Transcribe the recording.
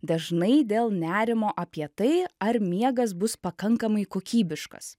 dažnai dėl nerimo apie tai ar miegas bus pakankamai kokybiškas